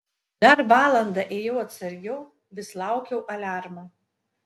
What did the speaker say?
dar valandą ėjau atsargiau vis laukiau aliarmo